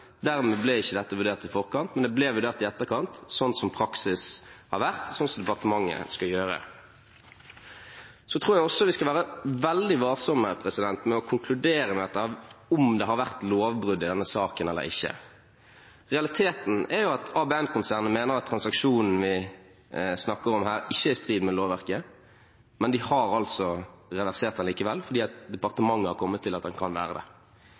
Dermed ble ikke dette vurdert i forkant. Men det ble vurdert i etterkant, sånn som praksis har vært, og sånn som departementet ønsker å gjøre. Så tror jeg vi skal være veldig varsomme med hensyn til å konkludere med om det har vært lovbrudd i denne saken eller ikke. Realiteten er at ABM-konsernet mener at transaksjonen vi snakker om her, ikke er i strid med lovverket, men de har altså reversert det likevel, fordi departementet har kommet til at det kan være det.